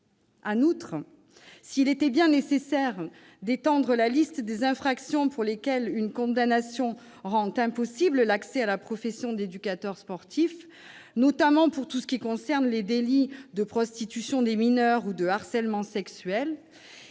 En revanche, s'il était bien nécessaire d'étendre la liste des infractions pour lesquelles une condamnation rend impossible l'accès à la profession d'éducateur sportif, notamment pour tout ce qui concerne les délits de prostitution de mineurs ou de harcèlement sexuel,